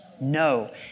No